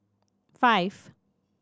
five